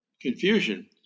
confusion